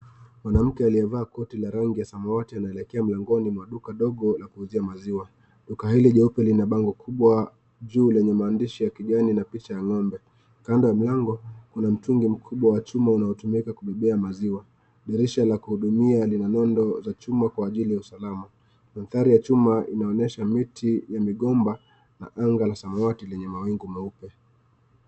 Mwanamke aliyevaa koti la rangi ya samawati, anaelekea miongoni mwa duka dogo la kuuzia maziwa. Duka hili jeupe lina bango kubwa juu lenye maandishi ya kijani na picha ya ng'ombe .Kando ya mlango kuna mtungi mkubwa wa chuma unaotumika kubebea maziwa. Dirisha la kuhudumia lina nondo za chuma kwa ajili ya usalama. Mandhari ya chuma inaonyesha miti ya migomba, na anga la samawati lenye mawingu meupe.